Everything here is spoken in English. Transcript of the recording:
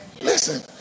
Listen